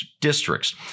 districts